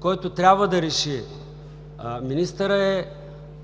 който трябва да реши министърът,